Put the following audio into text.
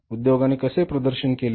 उध्योगाने कसे प्रदर्शन केले